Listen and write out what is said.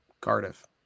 Cardiff